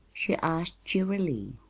she asked cheerily.